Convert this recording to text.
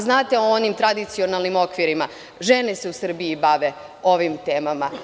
Znate o onim tradicionalnim okvirima – žene se u Srbiji bave ovim temama.